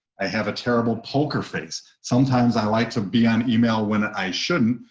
i have a terrible poker face. sometimes i like to be on email when i shouldn't,